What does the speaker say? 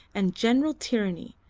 and general tyranny,